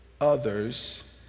others